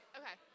okay